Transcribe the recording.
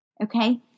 Okay